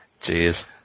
jeez